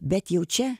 bet jau čia